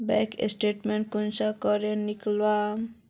Bank statement कुंसम करे निकलाम?